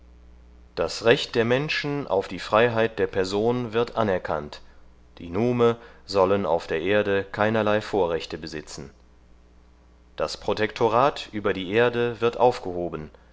das recht der menschen auf die freiheit der person wird anerkannt die nume sollen auf der erde keinerlei vorrechte besitzen das protektorat über die erde wird aufgehoben